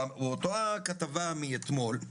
באותה כתבה מאתמול,